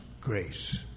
grace